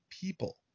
people